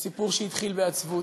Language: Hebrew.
או סיפור שהתחיל בעצבות,